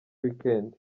weekend